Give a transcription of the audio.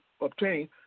obtain